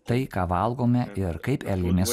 tai ką valgome ir kaip elgiamės